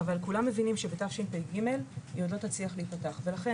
אבל כולם מבינים שבשנת תשפ"ג היא עוד לא תצליח להיפתח ולכן,